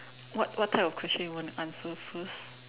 what what type of question you wanna answer first